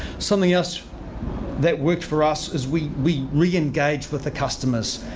something else that worked for us as we we re-engaged with the customers.